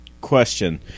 Question